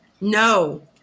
no